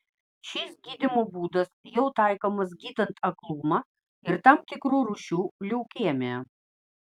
šis gydymo būdas jau taikomas gydant aklumą ir tam tikrų rūšių leukemiją